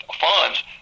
funds